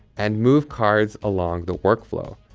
and move cards along the workflow.